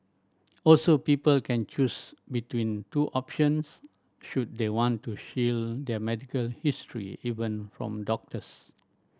also people can choose between two options should they want to shield their medical history even from doctors